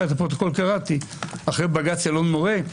אבל קראתי את הפרוטוקול אחרי בג"ץ אלון מורה,